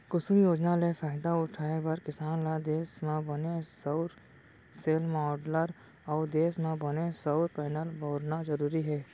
कुसुम योजना ले फायदा उठाए बर किसान ल देस म बने सउर सेल, माँडलर अउ देस म बने सउर पैनल बउरना जरूरी हे